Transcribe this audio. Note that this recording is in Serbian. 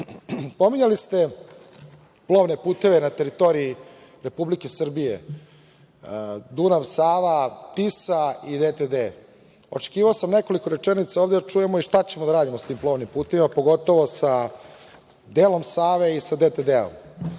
posla. Pominjali ste plovne puteve na teritoriji Republike Srbije, Dunav-Sava-Tisa i DTD, očekivao sam nekoliko rečenica ovde da čujemo i šta ćemo da radimo sa tim plovnim putevima, pogotovo sa delom Save i sa DTD.